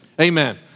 Amen